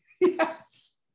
Yes